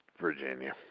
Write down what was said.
Virginia